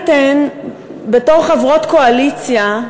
עליתן בתור חברות קואליציה,